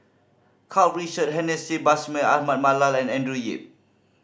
Karl Richard Hanitsch Bashir Ahmad Mallal and Andrew Yip